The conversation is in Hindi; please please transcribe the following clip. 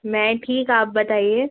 मैं ठीक आप बताइए